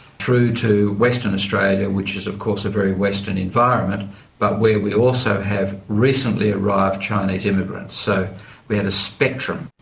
through to western australia which is of course a very western environment but where we also have recently arrived chinese immigrants. so we had a spectrum.